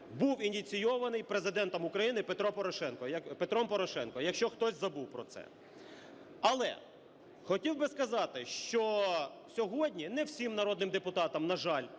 був ініційований Президентом України Петром Порошенком, якщо хтось забув про це. Але хотів би сказати, що сьогодні не всім народним депутатам, на жаль,